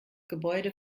gebäude